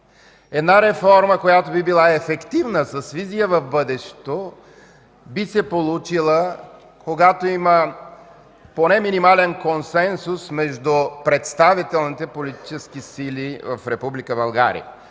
Една реформа, която би била ефективна, с визия за бъдещето, би се получила, когато има поне минимален консенсус между представителните политически сили в